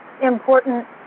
important